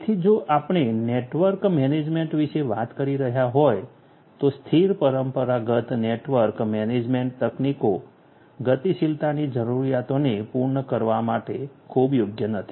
તેથી જો આપણે નેટવર્ક મેનેજમેન્ટ વિશે વાત કરી રહ્યા હોય તો સ્થિર પરંપરાગત નેટવર્ક મેનેજમેન્ટ તકનીકો ગતિશીલતાની જરૂરિયાતોને પૂર્ણ કરવા માટે ખૂબ યોગ્ય નથી